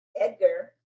Edgar